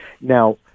Now